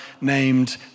named